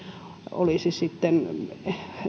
olisi sitten